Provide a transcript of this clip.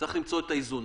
צריך למצוא את האיזון.